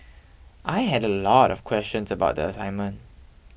I had a lot of questions about the assignment